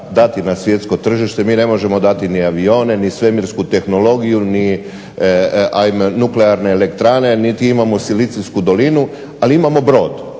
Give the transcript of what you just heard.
dati na svjetsko tržište. Mi ne možemo dati ni avione ni svemirsku tehnologiju ni nuklearne elektrane niti imamo Silicijsku dolinu, ali imamo brod